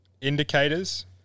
indicators